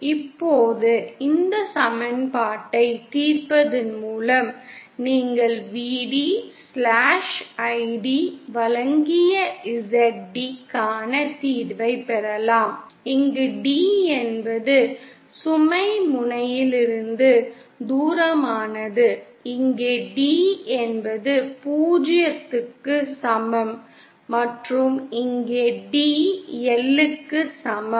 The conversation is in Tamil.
இப்போது இந்த சமன்பாட்டைத் தீர்ப்பதன் மூலம் நீங்கள் Vd Id வழங்கிய Zd க்கான தீர்வைப் பெறலாம் இங்கு d என்பது சுமை முனையிலிருந்து தூரமானது இங்கே d என்பது 0 க்கு சமம் மற்றும் இங்கே d L க்கு சமம்